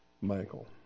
Michael